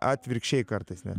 atvirkščiai kartais net